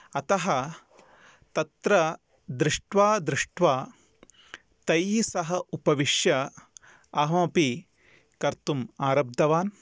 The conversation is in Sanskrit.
अतः तत्र दृष्ट्वा दृष्ट्वा तैः सह उपविश्य अहमपि कर्तुम् आरब्धवान्